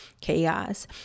chaos